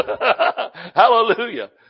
Hallelujah